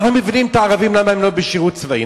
אנחנו מבינים את הערבים למה הם לא בשירות צבאי,